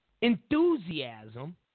enthusiasm